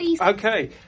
Okay